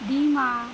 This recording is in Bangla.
ডিমা